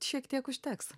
šiek tiek užteks